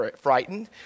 frightened